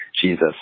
Jesus